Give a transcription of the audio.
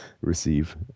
receive